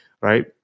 right